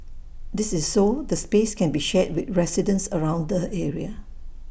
this is so the space can be shared with residents around the area